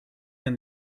than